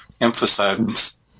emphasize